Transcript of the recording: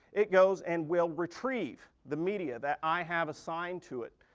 it goes and will retrieve the media that i have assigned to it.